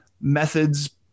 methods